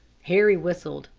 harry whistled,